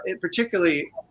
particularly